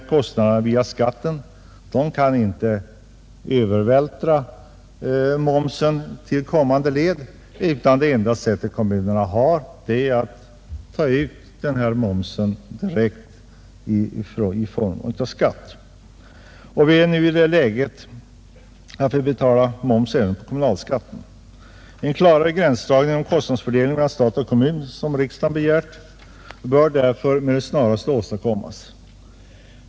Kommunerna kan inte övervältra momsen på kommande led, utan deras enda möjlighet att ta ut dessa kostnader är i form av skatt. Vi är alltså i det läget, att vi får betala moms även på kommunalskatten. En klarare gränsdragning för kostnadsfördelningen mellan stat och kommun, som riksdagen begärt, bör därför med det snaraste åstadkommas.